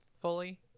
fully